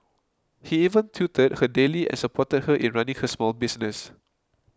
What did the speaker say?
he even tutored her daily and supported her in running her small business